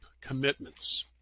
commitments